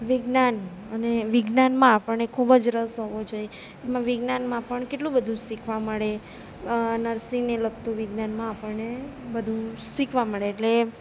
વિજ્ઞાન અને વિજ્ઞાનમાં આપણને ખૂબ જ રસ હોવો જોઈએ એમાં વિજ્ઞાનમાં પણ કેટલું બધું શીખવા મળે નર્સિંગને લગતું વિજ્ઞાનમાં આપણને ઘણું બધું શીખવા મળે એટલે